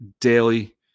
daily